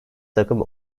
takım